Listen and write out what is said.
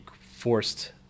forced